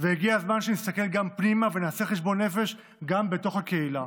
והגיע הזמן שנסתכל פנימה ונעשה חשבון נפש גם בתוך הקהילה.